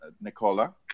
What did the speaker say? Nicola